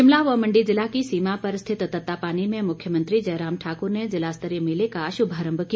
शिमला व मंडी ज़िला की सीमा पर स्थित तत्तापानी में मुख्यमंत्री जयराम ठाकुर ने ज़िला स्तरीय मेले का शुभारंभ किया